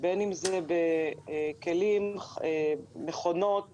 כוללות השקעה בכלים ומכונות